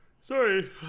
Sorry